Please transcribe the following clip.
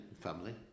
family